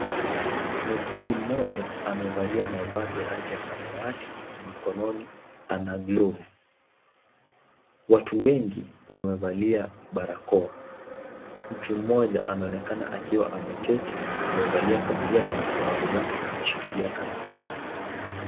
Muuguzi mmoja amevalia mavazi ya samawati na mikononi ana glovu. Watu wengi wamevalia barakoa. Mtu mmoja anaonekana akiwa ameketi, amevalia kofia na mikononi mwake akiwa ameshika karatasi.